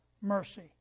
mercy